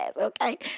okay